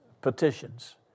petitions